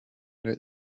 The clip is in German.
der